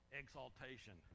exaltation